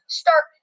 start